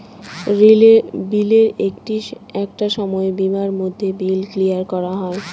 বিলের একটা সময় সীমার মধ্যে বিল ক্লিয়ার করা হয়